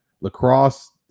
lacrosse